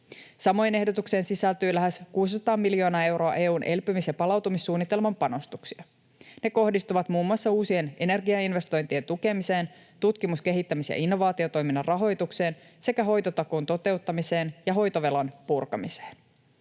Samoin ehdotukseen sisältyy lähes 600 miljoonaa euroa EU:n elpymis‑ ja palautumissuunnitelman panostuksia. Ne kohdistuvat muun muassa uusien energiainvestointien tukemiseen, tutkimus‑, kehittämis‑ ja innovaatiotoiminnan rahoitukseen sekä hoitotakuun toteutumiseen ja hoitovelan purkamiseen.